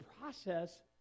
process